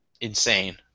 insane